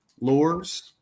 Lures